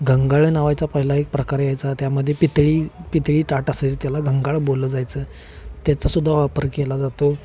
घंगाळं नावाचा पहिला एक प्रकार यायचा त्यामध्ये पितळी पितळी ताट असायचं त्याला घंगाळ बोललं जायचं त्याचासुद्धा वापर केला जातो